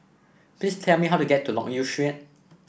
please tell me how to get to Loke Yew Street